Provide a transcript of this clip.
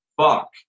fuck